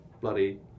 bloody